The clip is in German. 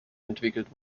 entwickelt